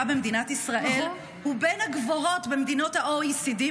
במדינת ישראל הוא בין הגבוהים במדינות ה-OECD,